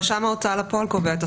רשם ההוצאה לפועל קובע.